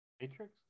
Matrix